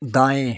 दाएँ